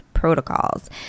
protocols